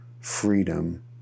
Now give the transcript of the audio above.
freedom